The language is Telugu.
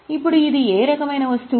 ఇప్పుడు ఇది ఏ రకమైన వస్తువు